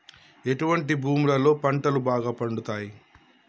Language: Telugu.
ఎటువంటి భూములలో పంటలు బాగా పండుతయ్?